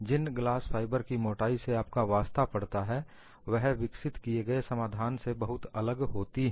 जिन glass fibre की मोटाई से आपका वास्ता पड़ता है वह विकसित किए गए समाधान से बहुत अलग होती हैं